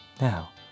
Now